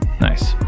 Nice